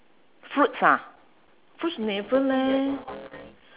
fruits ah fruits never leh